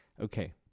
Okay